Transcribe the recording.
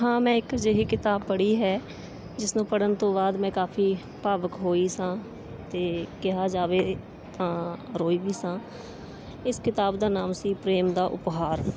ਹਾਂ ਮੈਂ ਇੱਕ ਅਜਿਹੀ ਕਿਤਾਬ ਪੜ੍ਹੀ ਹੈ ਜਿਸ ਨੂੰ ਪੜ੍ਹਨ ਤੋਂ ਬਾਅਦ ਮੈਂ ਕਾਫੀ ਭਾਵਕ ਹੋਈ ਸਾਂ ਅਤੇ ਕਿਹਾ ਜਾਵੇ ਰੋਈ ਵੀ ਸਾਂ ਇਸ ਕਿਤਾਬ ਦਾ ਨਾਮ ਸੀ ਪ੍ਰੇਮ ਦਾ ਉਪਹਾਰ